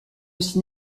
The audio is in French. aussi